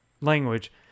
language